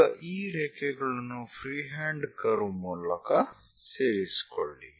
ಈಗ ಈ ರೇಖೆಗಳನ್ನು ಫ್ರೀಹ್ಯಾಂಡ್ ಕರ್ವ್ ಮೂಲಕ ಸೇರಿಸಿಕೊಳ್ಳಿ